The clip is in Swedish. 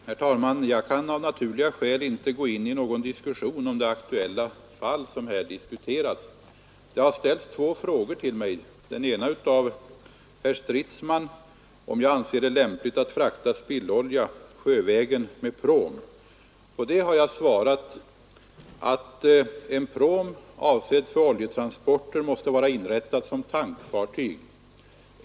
Herr talman! Jag kan av naturliga skäl inte gå in i någon diskussion om det fall som här aktualiseras. Det har ställts två frågor till mig. Den ena frågan, av herr Stridsman, gäller om jag anser det lämpligt att frakta spillolja sjövägen med pråm, På den har jag svarat att en pråm avsedd för oljetransporter måste vara inrättad som tankfartyg.